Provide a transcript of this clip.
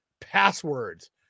passwords